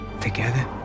together